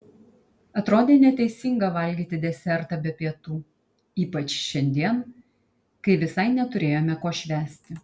atrodė neteisinga valgyti desertą be pietų ypač šiandien kai visai neturėjome ko švęsti